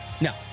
No